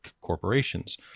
corporations